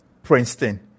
princeton